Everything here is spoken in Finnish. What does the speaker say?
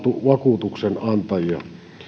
vakuutuksenantajia